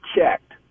checked